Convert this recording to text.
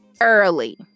early